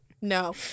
no